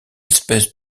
espèce